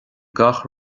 gach